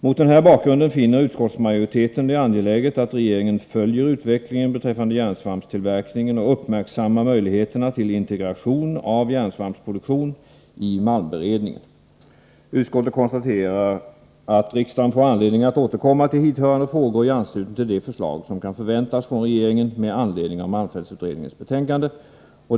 Mot den här bakgrunden finner utskottsmajoriteten det angeläget att regeringen följer utvecklingen beträffande järnsvampstillverkningen och uppmärksammar möjligheterna till integration av järnsvampsproduktion i malmberedningen. Utskottet konstaterar att ”riksdagen får anledning att återkomma till hithörande frågor i anslutning till de förslag som kan förväntas från regeringen med anledning av malmfältsutredningens betän kande.